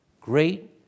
Great